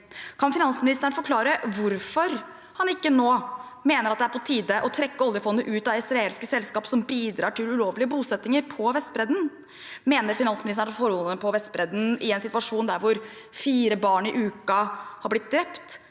Kan finansministeren forklare hvorfor han ikke mener det nå er på tide å trekke oljefondet ut av israelske selskaper som bidrar til ulovlige bosettinger på Vestbredden? Mener finansministeren at forholdene på Vestbredden – i en situasjon der fire barn i uken er blitt drept